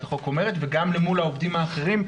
החוק אומרת וגם למול העובדים האחרים.